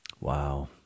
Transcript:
Wow